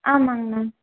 ஆமாங்ண்ணா